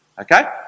Okay